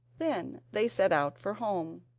then they set out for home.